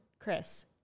Chris